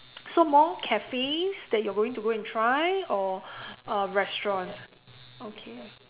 so more cafes that you are going to go and try or uh restaurants okay